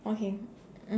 okay